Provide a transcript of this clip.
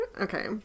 Okay